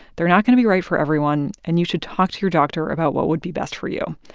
they're not going to be right for everyone, and you should talk to your doctor about what would be best for you.